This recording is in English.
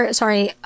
sorry